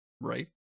Right